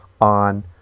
on